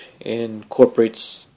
incorporates